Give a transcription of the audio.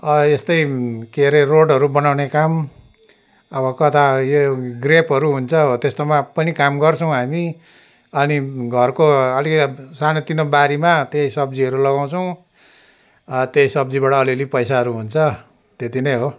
यस्तै के रे रोडहरू बनाउने काम अब कता यो ग्रेपहरू हुन्छ हो त्यस्तोमा पनि काम गर्छौँ हामी अनि घरको अलि सानो तिनो बारीमा त्यही सब्जीहरू लगाउँछौँ त्यही सब्जीबाट अलिअलि पैसाहरू हुन्छ त्यति नै हो